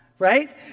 right